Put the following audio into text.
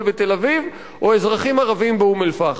בתל-אביב או אזרחים ערבים באום-אל-פחם.